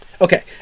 Okay